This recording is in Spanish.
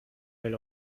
del